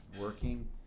working